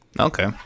Okay